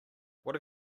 what